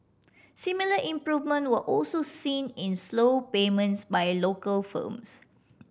similar improvement were also seen in slow payments by local firms